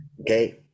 Okay